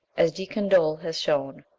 as de candolle has shown,